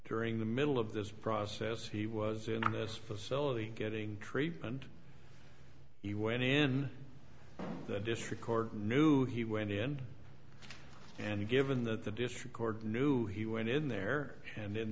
during the middle of this process he was in this facility getting treatment he went in the district court knew he went in and given that the district court knew he went in there and in